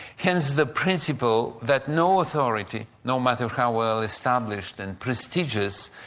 hence the principle that no authority, no matter how well-established and prestigious,